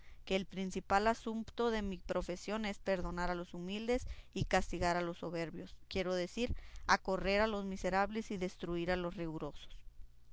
que el principal asumpto de mi profesión es perdonar a los humildes y castigar a los soberbios quiero decir acorrer a los miserables y destruir a los rigurosos